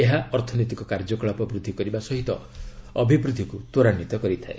ଏହା ଅର୍ଥନୈତିକ କାର୍ଯ୍ୟକଳାପ ବୃଦ୍ଧି କରିବା ସହିତ ଅଭିବୃଦ୍ଧିକୁ ତ୍ୱରାନ୍ୱିତ କରିଥାଏ